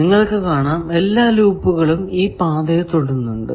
നിങ്ങൾക്കു കാണാം എല്ലാ ലൂപ്പുകളും ഈ പാതയെ തൊടുന്നുണ്ട്